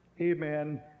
amen